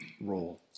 role